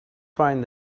find